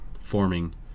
forming